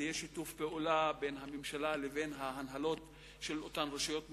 שיתוף פעולה בין הממשלה לבין ההנהלות של אותן רשויות מקומיות,